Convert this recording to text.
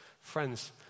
Friends